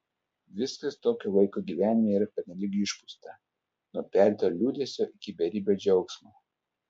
viskas tokio vaiko gyvenime yra pernelyg išpūsta nuo perdėto liūdesio iki beribio džiaugsmo